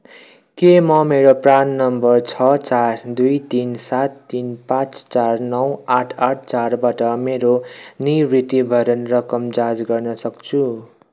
के म मेरो प्रान नम्बर छ चार दुई तिन सात तिन पाँच चार नौ आठ आठ चारबाट मेरो निवृत्तिभरण रकम जाँच गर्न सक्छु